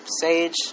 sage